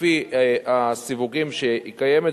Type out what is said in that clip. לפי הסיווגים שהיא קיימת,